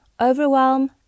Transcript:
overwhelm